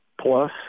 plus